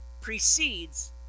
precedes